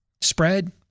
spread